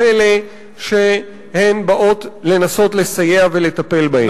אלה שהן באות לנסות לסייע ולטפל בהם.